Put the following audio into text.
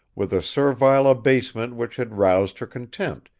with a servile abasement which had roused her contempt,